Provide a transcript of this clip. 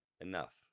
Enough